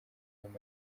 nyuma